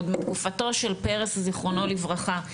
עוד מתקופתו של פרס זכרונו לברכה.